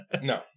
No